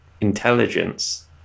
intelligence